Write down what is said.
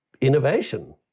innovation